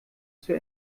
zur